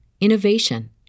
innovation